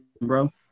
bro